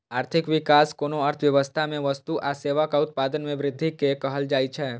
आर्थिक विकास कोनो अर्थव्यवस्था मे वस्तु आ सेवाक उत्पादन मे वृद्धि कें कहल जाइ छै